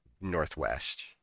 northwest